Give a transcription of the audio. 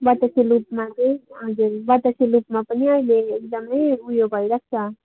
बतासे लुपमा चाहिँ हजुर बतासे लुपमा पनि अहिले एकदम उयो भइरहेको छ